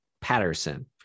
patterson